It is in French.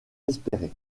désespéré